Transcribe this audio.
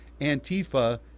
Antifa